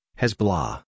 Hezbollah